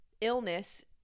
illness